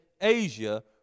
Asia